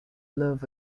love